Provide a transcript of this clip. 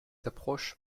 approches